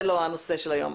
זה לא הנושא היום.